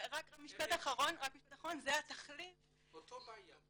זה התחליף --- אותה בעיה.